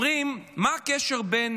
אומרים, מה הקשר בין